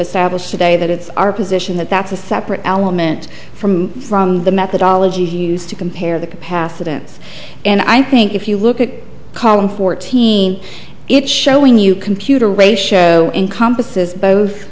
established today that it's our position that that's a separate element from the methodology used to compare the capacitance and i think if you look at column fourteen it showing you computer ratio encompasses both